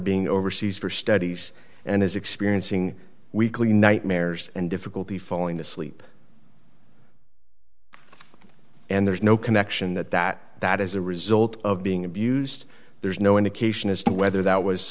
being overseas for studies and is experiencing weekly nightmares and difficulty falling asleep and there is no connection that that that as a result of being abused there's no indication as to whether that was